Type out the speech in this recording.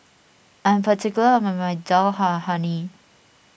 I am particular about my Dal Makhani